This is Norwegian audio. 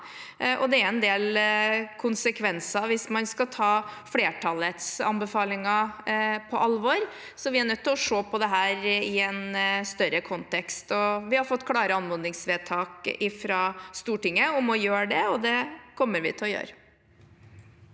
det er en del konsekvenser hvis man skal ta flertallets anbefalinger på alvor. Så vi er nødt til å se på dette i en større kontekst. Vi har også fått klare anmodningsvedtak fra Stortinget om å gjøre det, og det kommer vi til å gjøre.